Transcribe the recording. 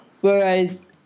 whereas